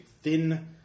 thin